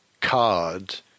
card